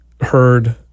heard